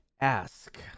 ask